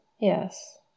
yes